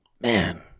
man